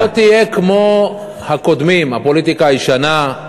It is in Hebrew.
שאתה לא תהיה כמו הקודמים, הפוליטיקה הישנה.